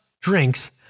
drinks